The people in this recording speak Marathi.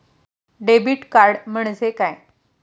डेबिट कार्ड म्हणजे काय?